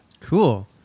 Cool